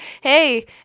hey